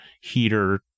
heater